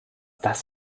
das